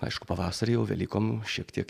aišku pavasarį jau velykom šiek tiek